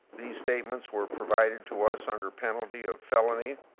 these statements were provided to us under penalty of felony,